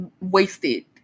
wasted